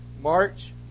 March